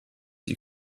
you